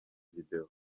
video